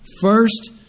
First